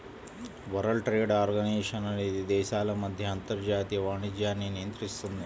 world Trade Organisation అనేది దేశాల మధ్య అంతర్జాతీయ వాణిజ్యాన్ని నియంత్రిస్తుంది